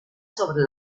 sobre